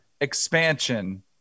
expansion